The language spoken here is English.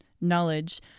knowledge